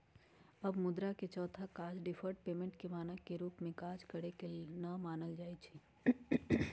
अब मुद्रा के चौथा काज डिफर्ड पेमेंट के मानक के रूप में काज करेके न मानल जाइ छइ